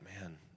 man